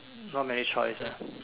not many choice ah